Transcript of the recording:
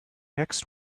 next